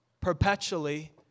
perpetually